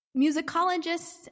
Musicologists